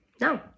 No